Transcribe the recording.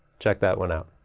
check that one out!